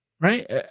right